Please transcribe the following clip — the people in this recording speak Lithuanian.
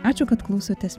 ačiū kad klausotės